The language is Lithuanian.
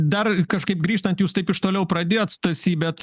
dar kažkaip grįžtant jūs taip iš toliau pradėjot stasy bet